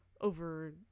over